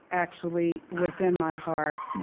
actually, within my heart,